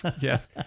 Yes